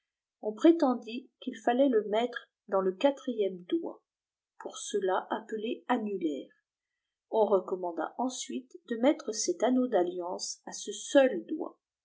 on prétenctit qu'il feucât jb nftlr diii itqmtrhnb dt pour cela appelé annojrâr ôg recommanda ensuite de mettre cet anneaa d'iduance à ce seul doéitf